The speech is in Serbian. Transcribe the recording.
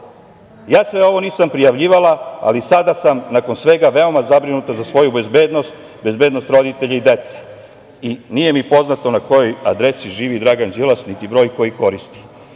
Ja sve ovo nisam prijavljivala, ali sada sam nakon svega veoma zabrinuta za svoju bezbednost, bezbednost roditelja i dece. Nije mi poznato na kojoj adresi živi Dragan Đilas i broj koji koristi.